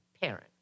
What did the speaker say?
parent